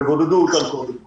תבודדו אותם קודם כול,